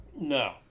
No